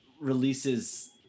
releases